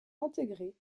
intégrés